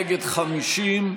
נגד 50,